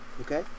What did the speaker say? okay